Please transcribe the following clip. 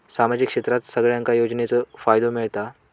सामाजिक क्षेत्रात सगल्यांका योजनाचो फायदो मेलता?